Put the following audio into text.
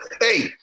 hey